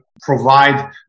provide